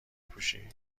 پوشی